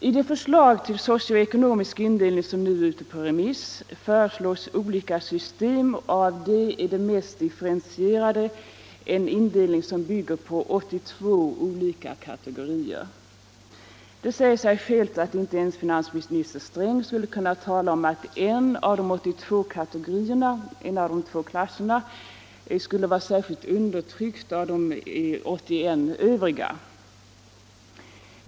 I det förslag till socio-ekonomisk indelning som nu är ute på remiss föreslås olika indelningssystem. Det mest differentierade systemet har en indelning som bygger på inte mindre än 82 kategorier. Det säger sig självt att inte ens finansminister Sträng skulle kunna utpeka en av de 82 klasserna som särskilt undertryckt av de 81 övriga.